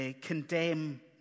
condemn